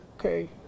okay